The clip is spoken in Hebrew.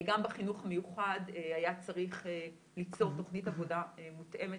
גם בחינוך המיוחד היה צריך לצור תוכנית עבודה מותאמת